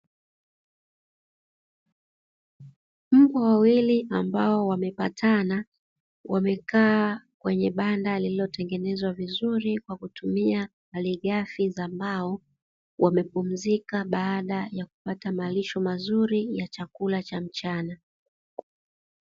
Mbwa wawili ambao wamepatana, wamekaa kwenye banda lililotengenezwa vizuri kwa kutumia malighafi za mbao, wamepumzika baada ya kupata malisho mazuri ya chakula cha mchana.